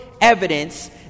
evidence